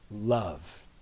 love